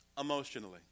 emotionally